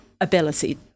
ability